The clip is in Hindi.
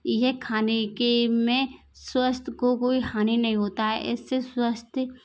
यह खाने के में स्वास्थ को कोई हानि नहीं होता है इस से स्वास्थ्य